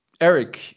Eric